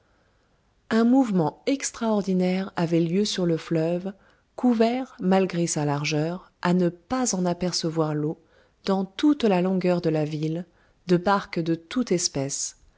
un mouvement extraordinaire avait lieu sur le fleuve couvert malgré sa largeur à ne pas en apercevoir l'eau dans toute la longueur de la ville de barques de toute espèce